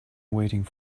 waiting